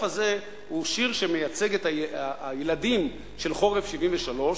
הזה הוא שיר שמייצג את הילדים של חורף 73',